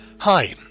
Hi